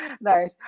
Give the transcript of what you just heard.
Nice